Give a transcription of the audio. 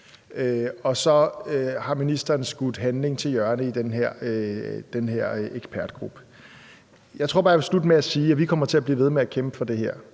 Og så har ministeren skudt handling til hjørne med den her ekspertgruppe. Jeg tror bare, at jeg vil slutte med at sige, at vi kommer til at blive ved med at kæmpe for det her.